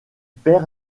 perd